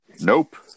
Nope